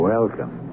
Welcome